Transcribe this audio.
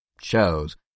shows